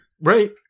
right